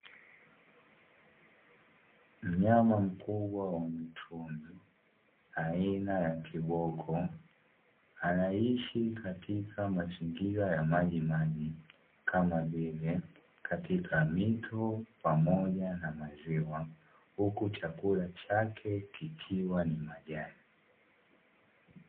Mnyama mkubwa wa mwituni aina ya kiboko, anaishi katika mazingira ya majimaji kama vile katika mito pamoja na maziwa; huku chakula chake kikiwa ni majani.